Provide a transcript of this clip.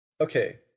Okay